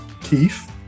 Keith